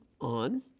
on